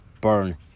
burn